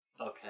Okay